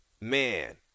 man